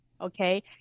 Okay